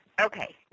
Okay